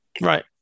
right